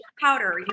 powder